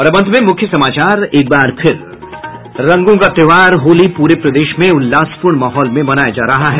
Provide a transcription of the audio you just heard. और अब अंत में मुख्य समाचार रंगों का त्यौहार होली पूरे प्रदेश में उल्लासपूर्ण माहौल में मनाया जा रहा है